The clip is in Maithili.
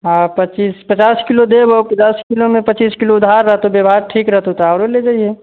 आ पच्चीस पचास किलो देबौ पचास किलोमे पच्चीस किलो उधार रहतौ व्यवहार ठीक रहतौ तऽ आओरो लऽ जहिओ